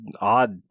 odd